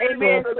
Amen